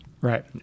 Right